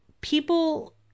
people